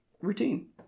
routine